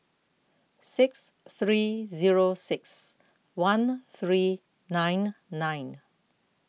six three zero six one three nine nine